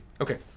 Okay